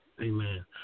Amen